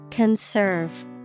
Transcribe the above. Conserve